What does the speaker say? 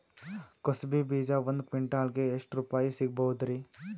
ಕುಸಬಿ ಬೀಜ ಒಂದ್ ಕ್ವಿಂಟಾಲ್ ಗೆ ಎಷ್ಟುರುಪಾಯಿ ಸಿಗಬಹುದುರೀ?